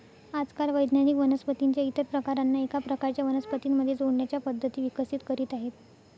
आजकाल वैज्ञानिक वनस्पतीं च्या इतर प्रकारांना एका प्रकारच्या वनस्पतीं मध्ये जोडण्याच्या पद्धती विकसित करीत आहेत